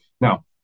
Now